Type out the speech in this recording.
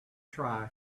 try